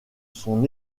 son